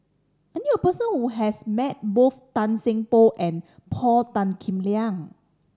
I knew a person who has met both Tan Seng Poh and Paul Tan Kim Liang